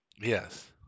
Yes